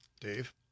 Dave